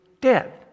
dead